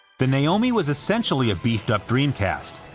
the naomi was essentially a beefed-up dreamcast,